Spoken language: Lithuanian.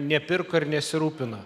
nepirko ir nesirūpino